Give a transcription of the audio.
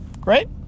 great